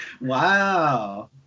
Wow